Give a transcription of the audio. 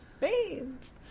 Beans